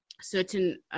certain